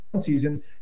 season